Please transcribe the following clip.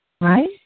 Right